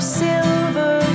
silver